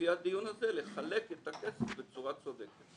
לפי הדיון הזה לחלק את הכסף בצורה צודקת.